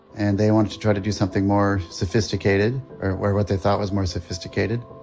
and they wanted to try to do something more sophisticated or what they thought was more sophisticated